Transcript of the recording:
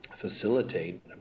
facilitate